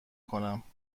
کنم